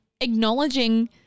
acknowledging